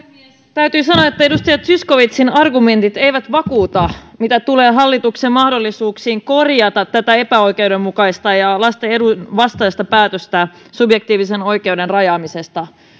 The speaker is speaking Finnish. täytyy sanoa että edustaja zyskowiczin argumentit eivät vakuuta mitä tulee hallituksen mahdollisuuksiin korjata tätä epäoikeudenmukaista ja lasten edun vastaista päätöstä subjektiivisen oikeuden rajaamisesta